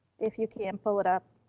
if you can pull it up,